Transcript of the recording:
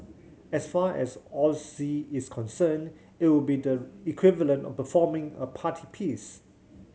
as far as O Z is concerned it would be the equivalent of performing a party piece